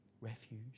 refuge